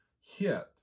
hit